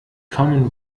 commen